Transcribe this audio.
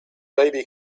baby